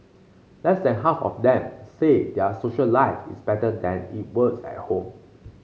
less than half of them say their social life is better than it was at home